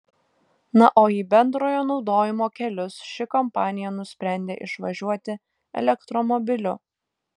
na o į bendrojo naudojimo kelius ši kompanija nusprendė išvažiuoti elektromobiliu